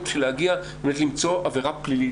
אנחנו עוברים לדיון בנושא אלימות כלפי נשים בכתות.